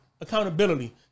accountability